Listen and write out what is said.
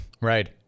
Right